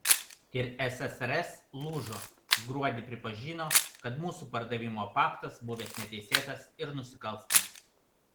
ir ssrs lūžo gruodį pripažino kad mūsų pardavimo paktas buvęs neteisėtas ir nusikalstamas